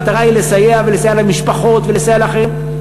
המטרה היא לסייע, ולסייע למשפחות, ולסייע לאחרים.